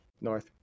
North